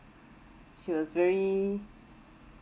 she was very